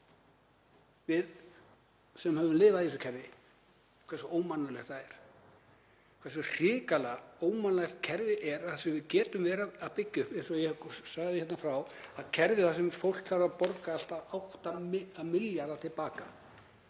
við sem höfum lifað í þessu kerfi, hversu ómannúðlegt það er, hversu hrikalega ómannúðlegt kerfi þetta er. Við getum ekki verið að byggja upp, eins og ég sagði hérna frá, kerfi þar sem fólk þarf að borga allt að 8 milljarða til baka.